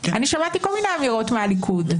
אני שמעתי כל מיני אמירות מהליכוד.